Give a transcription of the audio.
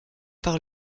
par